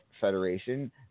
Federation